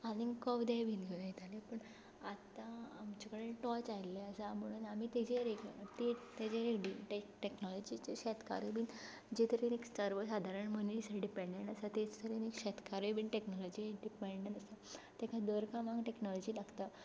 आनी कवदे बी घेवन वयताली पूण आतां आमचे कडेन टोर्च आयिल्ले आसा म्हणून आमी ताजेर ताजेर टेक्नोलॉजीचेर शेतकारूय बी जे तरेन सादारण मनीस डिपेडंट आसा ते तरेन एक शेतकारूय बी टेक्नोलॉजीचेर डिपेंडंट आसा ताका दर कामांक टेक्नोलॉजी लागता